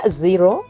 zero